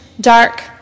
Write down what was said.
dark